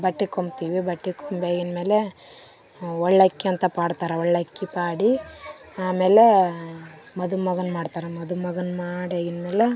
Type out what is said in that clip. ಬಟ್ಟೆ ಕೊಂಬ್ತಿವಿ ಬಟ್ಟೆ ಕೊಂಬ್ ಆಗಿದ ಮೇಲೇ ಒಳ್ಳಕ್ಕಿ ಅಂತ ಮಾಡ್ತಾರೆ ಒಳ್ಳಕ್ಕಿ ಪಾಡಿ ಆಮೇಲೇ ಮದು ಮಗನ ಮಾಡ್ತಾರೆ ಮದು ಮಗನ ಮಾಡಿ ಆಗಿದ ಮೇಲೆ